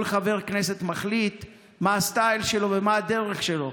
כל חבר כנסת מחליט מה הסטייל שלו ומה הדרך שלו.